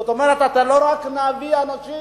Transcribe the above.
זאת אומרת, אתה לא רק מביא אנשים